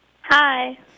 Hi